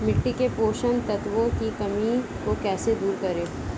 मिट्टी के पोषक तत्वों की कमी को कैसे दूर करें?